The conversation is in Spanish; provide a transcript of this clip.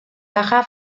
baja